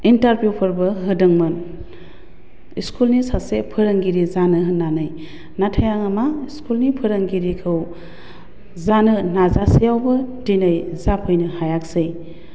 इन्टारबिउफोरबो होदोंमोन इस्कुलनि सासे फोरोंगिरि जानो होन्नानै नाथाय आङो मा स्कुलनि फोरोंगिरिखौ जानो नाजासेयावबो दिनै जाफैनो हायासै